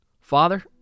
Father